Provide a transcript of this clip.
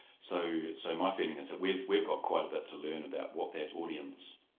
so so my feeling is that we've we've got quite a bit to learn about what that audience